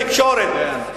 בתקשורת,